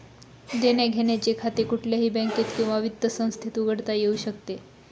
देण्याघेण्याचे खाते कुठल्याही बँकेत किंवा वित्त संस्थेत उघडता येऊ शकते